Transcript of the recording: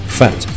fat